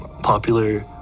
popular